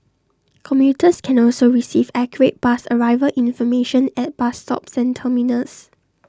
commuters can also receive accurate bus arrival information at bus stops and terminals